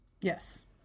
Yes